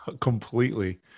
completely